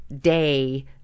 day